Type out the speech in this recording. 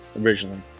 originally